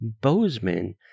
Bozeman